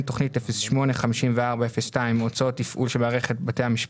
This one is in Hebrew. בתוכנית 08-54-02 הוצאות תפעול של מערכת בתי המשפט: